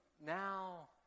Now